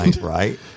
Right